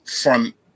front